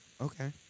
Okay